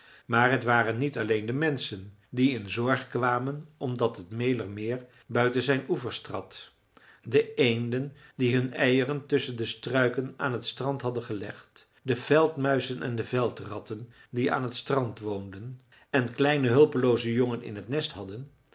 maar t waren niet alleen de menschen die in zorg kwamen omdat het mälermeer buiten zijn oevers trad de eenden die hun eieren tusschen de struiken aan het strand hadden gelegd de veldmuizen en veldratten die aan t strand woonden en kleine hulpelooze jongen in het nest hadden